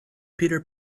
peter